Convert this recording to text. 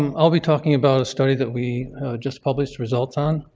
um i'll be talking about a study that we just published results on,